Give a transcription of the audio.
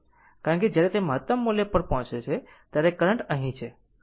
કારણ કે જ્યારે તે મહત્તમ પર પહોંચે છે ત્યારે કરંટ અહી છે